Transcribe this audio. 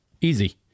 Easy